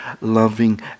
loving